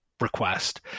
request